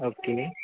okay